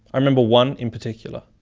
i remember one in particular.